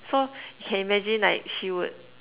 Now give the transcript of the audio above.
so can imagine like she would